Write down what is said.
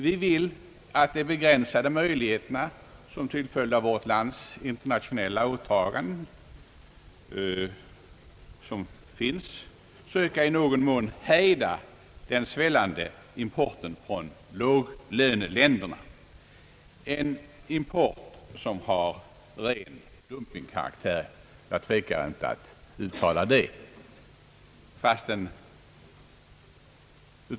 Vi vill att vårt land skall tillvarataga de möjligheter, som finns — dessa är dock till följd av vårt lands internationella åtaganden begränsade — att i någon mån hejda den svällande importen från låglöneländerna, en import som har ren dumpingkaraktär. Jag tvekar inte att uttala det ordet.